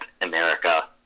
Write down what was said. America